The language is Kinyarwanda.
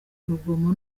urugomo